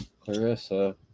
Clarissa